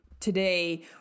today